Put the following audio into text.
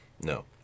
No